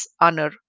honor